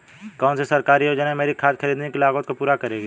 कौन सी सरकारी योजना मेरी खाद खरीदने की लागत को पूरा करेगी?